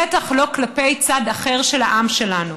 בטח לא כלפי צד אחר של העם שלנו.